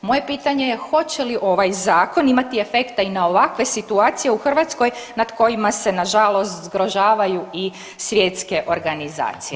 Moje pitanje je hoće li ovaj zakon imati efekta i na ovakve situacije u Hrvatskoj nad kojima se na žalost zgrožavaju i svjetske organizacije.